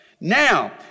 Now